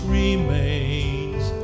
remains